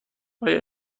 آیا